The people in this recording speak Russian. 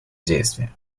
действия